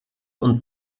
und